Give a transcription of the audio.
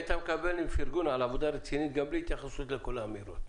היית מקבל פרגון על העבודה הרצינית גם בלי התייחסות לכל האמירות.